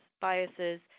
biases